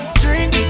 drink